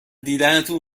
دیدنتون